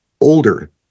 older